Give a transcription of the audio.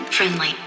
Friendly